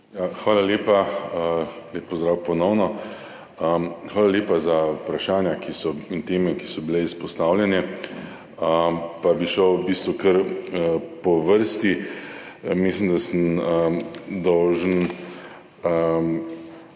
Hvala lepa. Lep pozdrav, ponovno! Hvala lepa za vprašanja in teme, ki so bile izpostavljene. Pa bi šel kar po vrsti. Mislim, da sem dolžan,